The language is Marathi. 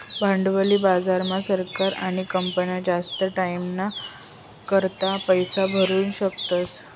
भांडवली बाजार मा सरकार आणि कंपन्या जास्त टाईमना करता पैसा उभारु शकतस